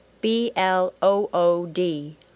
B-L-O-O-D